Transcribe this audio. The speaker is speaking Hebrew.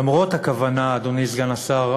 אדוני סגן השר,